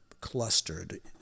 clustered